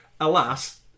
alas